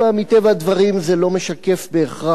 מטבע הדברים זה לא משקף בהכרח